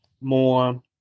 more